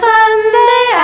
Sunday